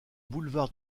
boulevard